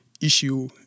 issue